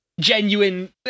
genuine